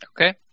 Okay